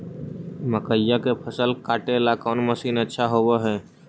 मकइया के फसल काटेला कौन मशीन अच्छा होव हई?